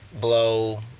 blow